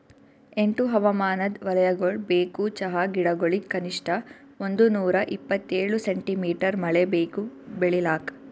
ಎಂಟು ಹವಾಮಾನದ್ ವಲಯಗೊಳ್ ಬೇಕು ಚಹಾ ಗಿಡಗೊಳಿಗ್ ಕನಿಷ್ಠ ಒಂದುನೂರ ಇಪ್ಪತ್ತೇಳು ಸೆಂಟಿಮೀಟರ್ ಮಳೆ ಬೇಕು ಬೆಳಿಲಾಕ್